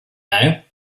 now